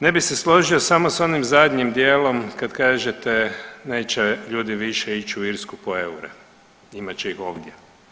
Ne bi se složio samo s onim zadnjim dijelom kad kažete neće ljudi više ići u Irsku po eure imat će ih ovdje.